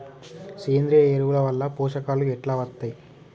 సేంద్రీయ ఎరువుల లో పోషకాలు ఎట్లా వత్తయ్?